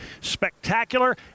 spectacular